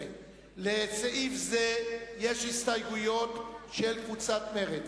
לסעיף זה יש הסתייגויות של קבוצת מרצ.